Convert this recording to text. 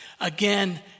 again